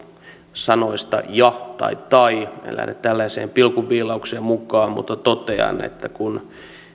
sanoista ja ja tai en lähde tällaiseen pilkunviilaukseen mukaan mutta totean että kun